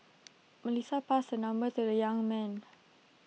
Melissa passed her number to the young man